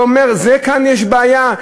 זה אומר שכאן יש בעיה.